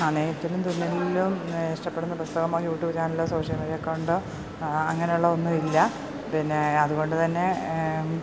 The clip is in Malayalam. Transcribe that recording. ആ നെയ്ത്തിലും തുന്നലിലും ഇഷ്ടപ്പെടുന്ന പുസ്തകമോ യൂ ട്യൂബ് ചാനലോ സോഷ്യൽ മീഡിയ അക്കൗണ്ടോ അങ്ങനെയുള്ള ഒന്നുമില്ല പിന്നെ അതുകൊണ്ടു തന്നെ